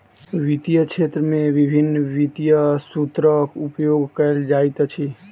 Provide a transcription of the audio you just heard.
वित्तीय क्षेत्र में विभिन्न वित्तीय सूत्रक उपयोग कयल जाइत अछि